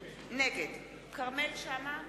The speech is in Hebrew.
נגד כרמל שאמה,